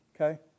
Okay